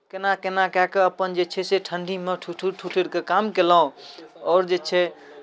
केना केना कए कऽ अपन जे छै से ठण्ढीमे ठिठुरि ठिठुरि कऽ काम कयलहुँ आओर जे छै